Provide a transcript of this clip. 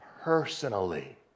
personally